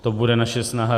To bude naše snaha.